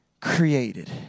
created